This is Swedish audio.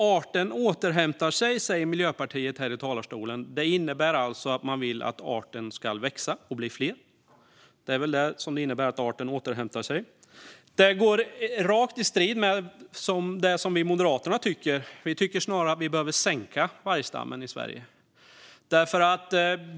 Arten återhämtar sig, säger Miljöpartiet här i talarstolen. Det innebär alltså att man vill att arten ska växa, att vargarna ska bli fler. Detta går rakt i strid mot det som vi moderater tycker. Vi tycker snarare att vi behöver sänka vargstammen i Sverige.